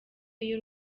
y’u